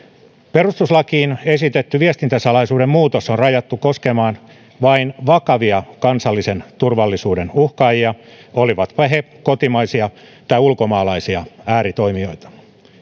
perustuslakiin esitetty viestintäsalaisuuden muutos on rajattu koskemaan vain vakavia kansallisen turvallisuuden uhkaajia olivatpa he kotimaisia tai ulkomaalaisia ääritoimijoita